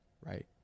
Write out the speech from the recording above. right